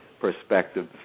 perspective